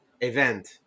event